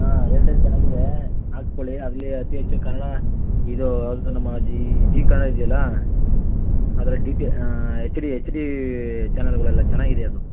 ಹಾಂ ಏರ್ಟೆಲ್ ಚೆನ್ನಾಗಿದೆ ಹಾಕ್ಸ್ಕೊಳ್ಳಿ ಅಲ್ಲಿ ಅತೀ ಹೆಚ್ಚು ಕನ್ನಡ ಇದು ಅದು ನಮ್ಮ ಜೀ ಕನ್ನಡ ಇದೆಯಲ್ಲ ಅದರ D T H D H D ಚಾನಲ್ಗಳೆಲ್ಲ ಚೆನ್ನಾಗಿದೆ ಅದು